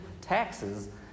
taxes